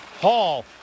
Hall